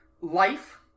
Life